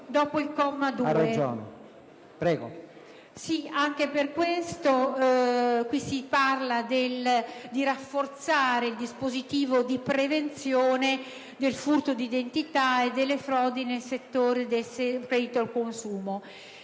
dopo il comma 2, intende invece rafforzare il dispositivo di prevenzione del furto d'identità e delle frodi nel settore del credito al consumo.